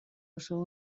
oso